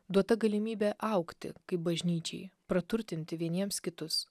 duota galimybė augti kaip bažnyčiai praturtinti vieniems kitus